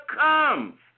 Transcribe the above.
come